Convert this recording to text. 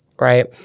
Right